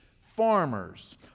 farmers